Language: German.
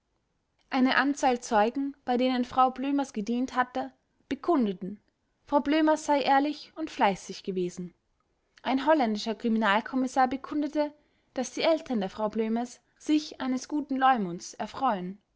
eine anzahl zeugen bei denen frau blömers gedient hatte bekundeten frau blömers sei ehrlich und fleißig gewesen ein holländischer kriminalkommissar bekundete daß die eltern der frau blömers sich eines guten leumunds erfreuen